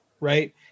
right